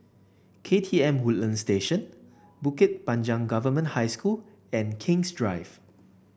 K T M Woodlands Station Bukit Panjang Government High School and King's Drive